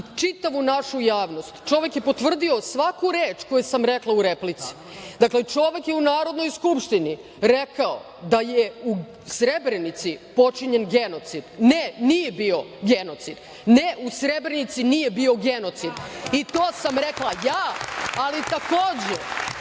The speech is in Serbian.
i čitavu našu javnost. Čovek je potvrdio svaku reč koju sam rekla u replici. Dakle, čovek je u Narodnoj skupštini rekao da je u Srebrenici počinjen genocid. Ne, nije bio genocid, ne u Srebrenici nije bio genocid i to sam rekla ja, ali takođe